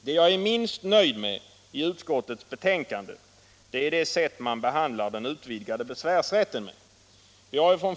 Det jag inte är helt nöjd med i utskottets betänkande är det sätt på vilket man behandlar den utvidgade besvärsrätten.